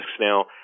Now